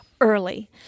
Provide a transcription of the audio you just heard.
early